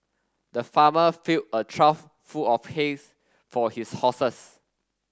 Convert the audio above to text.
the farmer filled a trough full of hay for his horses